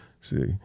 see